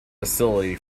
facility